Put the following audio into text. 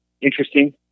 interesting